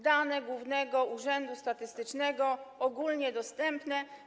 Dane Głównego Urzędu Statystycznego są ogólnodostępne.